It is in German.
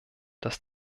dass